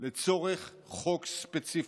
לצורך חוק ספציפי.